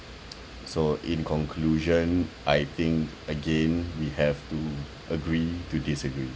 so in conclusion I think again we have to agree to disagree